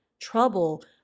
trouble